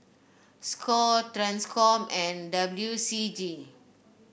Score Transcom and W C G